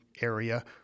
area